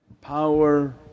Power